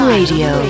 Radio